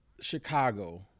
Chicago